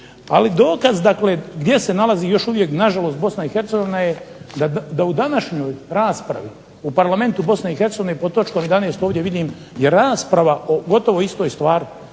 ali dokaz dakle gdje se nalazi još uvijek na žalost Bosna i Hercegovina je da u današnjoj raspravi, u Parlamentu Bosne i Hercegovine pod točkom 11. ovdje vidim je rasprava o gotovo istoj stvari,